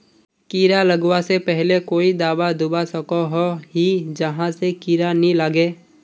कीड़ा लगवा से पहले कोई दाबा दुबा सकोहो ही जहा से कीड़ा नी लागे?